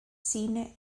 cine